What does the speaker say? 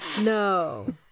No